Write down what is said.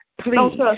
please